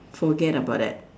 forget about that